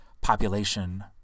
population